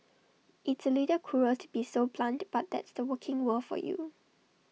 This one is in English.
it's A little cruel to be so blunt but that's the working world for you